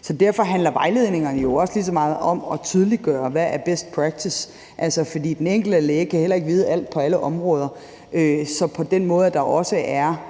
derfor handler vejledningerne jo også lige så meget om at tydeliggøre, hvad der er best practice, for den enkelte læge kan heller ikke vide alt på alle områder. Så der er